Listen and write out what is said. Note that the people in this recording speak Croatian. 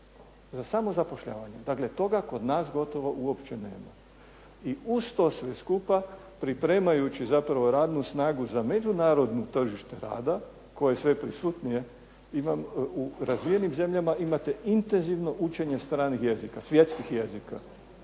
za samozapošljavanje. Dakle, toga kod nas gotovo uopće nema. I uz to sve skupa pripremajući zapravo radnu snagu za međunarodno tržište rada koje je sve prisutnije, u razvijenim zemljama imate intenzivno učenje stranih jezika, svjetskih jezika,